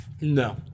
No